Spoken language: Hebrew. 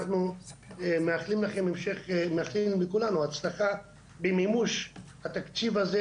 אנחנו מאחלים לכולנו הצלחה במימוש התקציב הזה